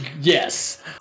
yes